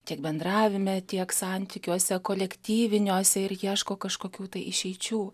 tiek bendravime tiek santykiuose kolektyviniuose ir ieško kažkokių tai išeičių